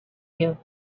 you